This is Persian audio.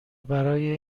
برای